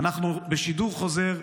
אנחנו בשידור חוזר,